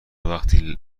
وقی